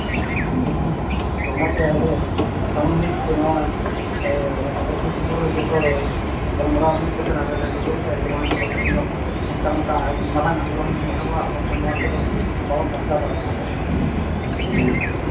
ᱛᱚ ᱚᱱᱟᱛᱮ ᱟᱞᱮ ᱥᱟᱱᱟᱢ ᱢᱤᱫ ᱛᱮ ᱟᱞᱮ ᱥᱩᱨᱼᱥᱩᱯᱩᱨ ᱨᱮ ᱡᱚᱛᱚ ᱜᱟᱞᱢᱟᱨᱟᱣ ᱢᱤᱫ ᱠᱟᱛᱮ ᱡᱮ ᱟᱞᱮ ᱞᱮ ᱴᱷᱟᱹᱣᱠᱟᱹ ᱠᱮᱜᱼᱟ ᱡᱮ ᱵᱟᱝ ᱪᱚᱞᱚ ᱛᱮᱦᱮᱧ ᱫᱚ ᱱᱚᱝᱠᱟᱼᱱᱚᱝᱠᱟ ᱢᱟᱨᱟᱝ ᱟᱱᱫᱳᱞᱚᱱ ᱵᱚᱱ ᱮᱦᱚᱵᱟ ᱟᱨ ᱵᱟᱝᱠᱷᱟᱱ ᱱᱚᱣᱟ ᱠᱚᱫᱚ ᱵᱟᱵᱚᱱ ᱵᱟᱧᱪᱟᱣ ᱫᱟᱲᱮᱭᱟᱜᱼᱟ ᱟᱵᱚ ᱫᱚ